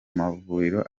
mavuriro